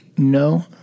No